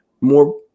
more